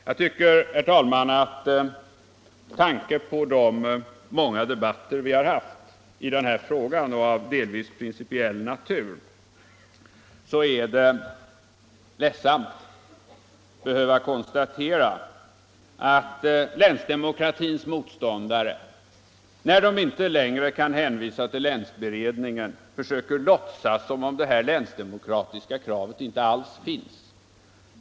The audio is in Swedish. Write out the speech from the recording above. Jag tycker, herr talman, att det med tanke på de många debatter vi har haft i den här frågan — och av delvis principiell natur — är ledsamt att behöva konstatera att länsdemokratins motståndare, när de inte längre kan hänvisa till länsberedningen, försöker låtsas som om detta länsdemokratiska krav inte alls finns.